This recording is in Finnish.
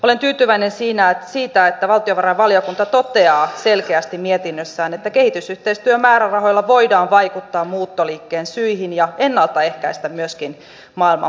olen tyytyväinen siitä että valtiovarainvaliokunta toteaa selkeästi mietinnössään että kehitysyhteistyömäärärahoilla voidaan vaikuttaa muuttoliikkeen syihin ja ennaltaehkäistä myöskin maailman pakolaiskriisiä